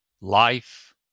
life